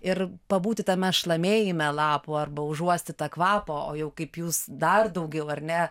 ir pabūti tame šlamėjime lapų arba užuosti tą kvapą o jau kaip jūs dar daugiau ar ne